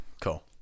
cool